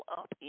up